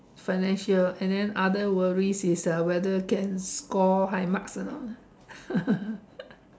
financial and then other worries is uh whether can score high marks or not ah